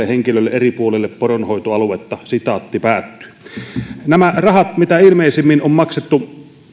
henkilölle eri puolille poronhoitoaluetta nämä rahat mitä ilmeisimmin on maksettu